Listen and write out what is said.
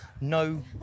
No